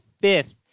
fifth